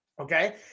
Okay